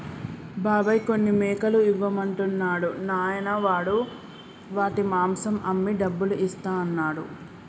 బాబాయ్ కొన్ని మేకలు ఇవ్వమంటున్నాడు నాయనా వాడు వాటి మాంసం అమ్మి డబ్బులు ఇస్తా అన్నాడు